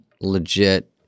legit